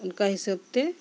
ᱚᱱᱠᱟ ᱦᱤᱥᱟᱹᱵᱽᱛᱮ